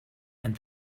and